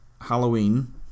Halloween